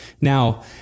Now